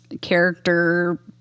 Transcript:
character